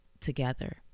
together